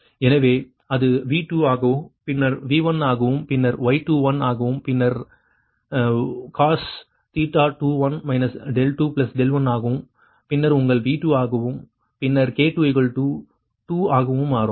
P2k14|V2||VK||y2k|cos 2k 2k எனவே அது V2 ஆகவும் பின்னர் V1 ஆகவும் பின்னர் Y21 ஆகவும் பின்னர்cos 21 21 ஆகவும் பின்னர் உங்கள் V2 ஆகவும் பின்னர் k 2 ஆகவும் மாறும்